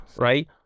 right